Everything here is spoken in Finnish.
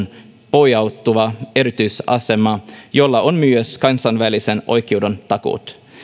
pohjautuva erityisasema jolla on myös kansainvälisen oikeuden takuut